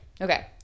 okay